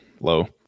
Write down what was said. Low